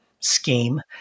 scheme